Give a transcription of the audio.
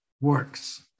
works